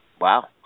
Wow